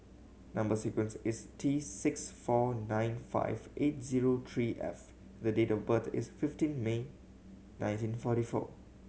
number sequence is T six four nine five eight zero three F the date of birth is fifteen May nineteen forty four